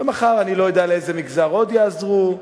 ומחר אני לא יודע לאיזה מגזר עוד יעזרו,